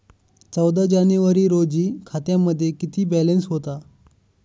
चौदा जानेवारी रोजी खात्यामध्ये किती बॅलन्स होता?